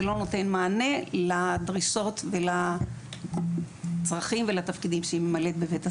זה לא נותן מענה לדרישות ולצרכים ולתפקידים שהיא ממלאת בבית הספר.